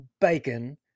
bacon